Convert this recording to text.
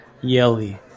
Yelly